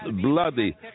bloody